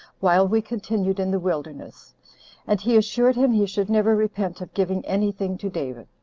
while we continued in the wilderness and he assured him he should never repent of giving any thing to david.